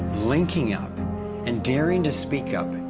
linking up and daring to speak up,